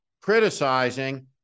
criticizing